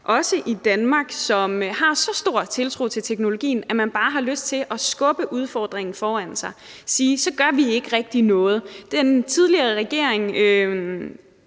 også i Danmark, som har så stor tiltro til teknologien, at man bare har lyst til at skubbe udfordringen foran sig og sige: Så gør vi ikke rigtig noget. Den tidligere regering